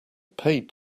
paid